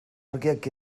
argiak